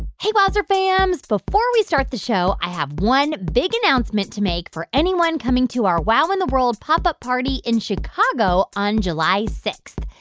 hey, wowzer fams. before we start the show, i have one big announcement to make for anyone coming to our wow in the world pop up party in chicago on july six.